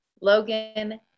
Logan